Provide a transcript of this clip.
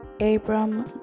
Abram